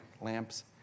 lamps